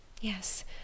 Yes